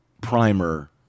primer